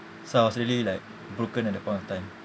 so I was really like broken at that point of time